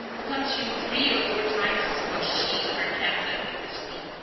who consume three or four times as much cheese per capita as we,